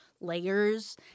layers